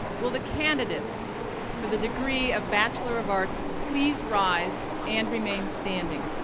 will the candidates for the degree of bachelor of arts please rise and remain standing?